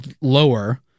lower